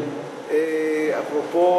אפרופו,